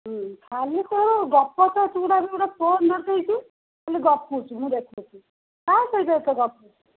ଖାଲି କ'ଣ ଗପ ତ ତୁ ଗୋଟେ ଫୋନ୍ ଧରି ଦେଇଛୁ ଖାଲି ଗପୁଛୁ ମୁଁ ଦେଖୁଛି କାହା ସହିତ ଏତେ ଗପୁଛୁ